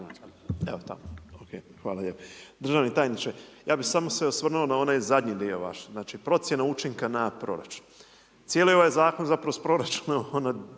(MOST)** Hvala lijepa. Državni tajniče, ja bih se samo osvrnuo na onaj zadnji dio vaš. Znači procjena učinka na proračun. Cijeli ovaj zakon zapravo s proračunom on